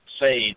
say